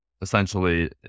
essentially